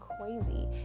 crazy